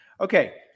Okay